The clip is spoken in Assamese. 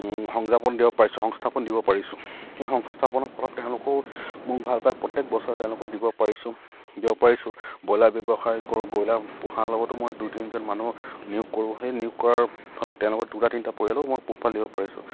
সংযাপন দিব পাৰিছোঁ সংস্থাপন দিব পাৰিছোঁ সেই সংস্থাপনৰ ফলত তেওঁলোকেও মোক ভাল পায় প্ৰত্যেক বছৰে তেওঁলোকক দিব পাৰিছোঁ দিব পাৰিছোঁ ব্ৰইলাৰ ব্যৱসায় কৰোঁ ব্ৰইলাৰ পোহাৰ লগতো মই দুই তিনিজন মানুহ নিয়োগ কৰোঁ সেই নিয়োগ কৰাৰ ফলত তেওঁলোকৰ দুটা তিনিটা পৰিয়ালো মই পোহপাল দিব পাৰিছোঁ